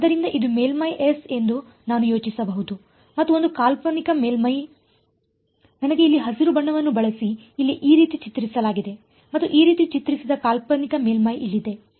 ಆದ್ದರಿಂದ ಇದು ಮೇಲ್ಮೈ ಎಸ್ ಎಂದು ನಾನು ಯೋಚಿಸಬಹುದು ಮತ್ತು ಒಂದು ಕಾಲ್ಪನಿಕ ಮೇಲ್ಮೈ ನನಗೆ ಇಲ್ಲಿ ಹಸಿರು ಬಣ್ಣವನ್ನು ಬಳಸಿ ಇಲ್ಲಿ ಈ ರೀತಿ ಚಿತ್ರಿಸಲಾಗಿದೆ ಮತ್ತು ಈ ರೀತಿ ಚಿತ್ರಿಸಿದ ಕಾಲ್ಪನಿಕ ಮೇಲ್ಮೈ ಇಲ್ಲಿದೆ